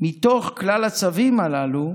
מתוך כלל הצווים הללו